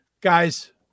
Guys